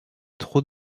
trop